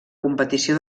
competició